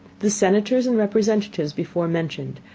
the senators and representatives before mentioned,